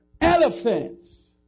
Elephants